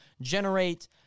generate